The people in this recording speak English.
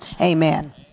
Amen